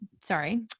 sorry